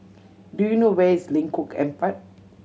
do you know where is Lengkok Empat